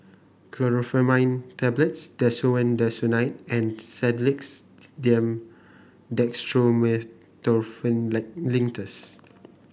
Chlorpheniramine Tablets Desowen Desonide and Sedilix D M Dextromethorphan Linctus